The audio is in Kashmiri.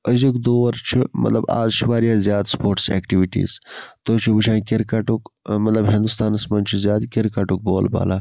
أزیُک دور چھُ مَطلَب آز چھ واریاہ زیاد سپوٹس ایٚکٹِوِٹیٖز تُہۍ چھو وٕچھان کِرکَٹُک مَطلَب ہِندُستانَس مَنٛز چھُ زیادٕ کِرکَٹُک بول بالا